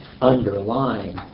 underlying